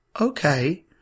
okay